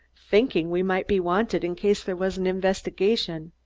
thinking we might be wanted in case there was an investigation.